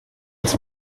uns